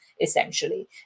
essentially